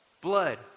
Blood